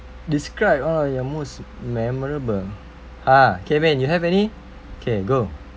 describe uh your most memorable ah okay min you have any okay go